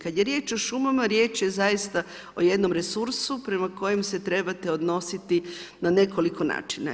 Kad je riječ o šumama, riječ je zaista o jednom resursu prema kojem se trebate odnositi na nekoliko načina.